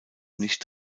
nicht